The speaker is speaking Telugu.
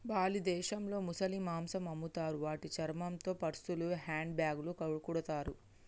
బాలి దేశంలో ముసలి మాంసం అమ్ముతారు వాటి చర్మంతో పర్సులు, హ్యాండ్ బ్యాగ్లు కుడతారు